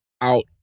out